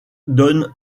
donne